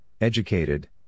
educated